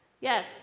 Yes